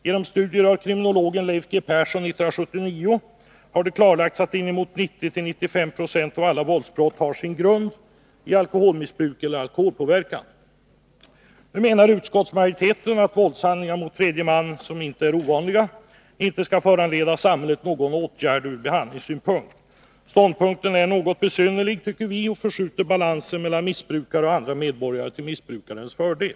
Genom studier av kriminologen Leif G. Persson 1979 har det klarlagts att inemot 90-95 26 av alla våldsbrott har sin grund i alkoholmissbruk eller alkoholpåverkan. Nu menar utskottsmajoriteten att våldshandlingar mot tredje man — som inte är ovanliga — inte skall föranleda någon samhällets åtgärd ur behandlingssynpunkt. Ståndpunkten är något besynnerlig, tycker vi, och förskjuter balansen mellan missbrukare och andra medborgare till missbrukarens fördel.